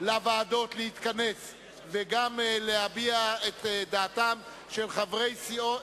לוועדות להתכנס וגם להביע את דעתם של חברי סיעות,